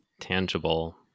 tangible